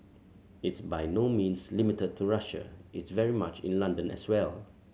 it's by no means limited to Russia it's very much in London as well